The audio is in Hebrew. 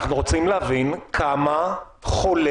אנחנו רוצים להבין כמה חולי